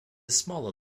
smaller